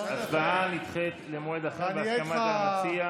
ההצבעה נדחית למועד אחר בהסכמת המציע.